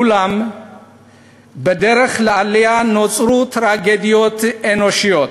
אולם בדרך לעלייה נוצרו טרגדיות אנושיות.